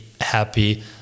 happy